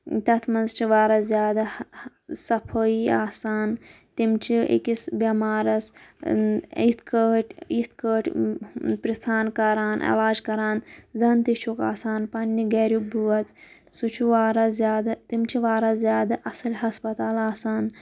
تَتھ مَنٛز چھِ واراہ زِیادٕ صَفٲئی آسان تِمہٕ چھِ أکِس بیمارَس یِتھٕ پٲٹھۍ یِتھٕ پٲٹھۍ پرِٕٛژھان کَران علاج کَران زَن تہِ چھُکھ آسان پَنٕنہِ گَریُک بٲژ سُہ چھُ واراہ زِیادٕ تِم چھِ واراہ زِیادٕ اَصٕل ہَسپَتال آسان